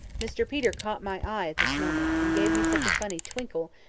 mr peter caught my eye at this moment, and gave me such a funny twinkle,